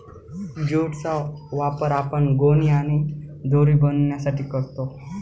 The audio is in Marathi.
ज्यूट चा वापर आपण गोणी आणि दोरी बनवण्यासाठी करतो